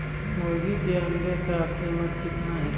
मुर्गी के अंडे का कीमत कितना है?